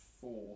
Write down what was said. four